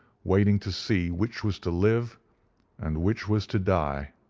waiting to see which was to live and which was to die.